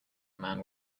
man